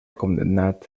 condemnat